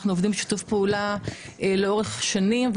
אנחנו עובדים בשיתוף פעולה לאורך שנים,